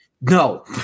no